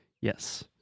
Yes